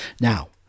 Now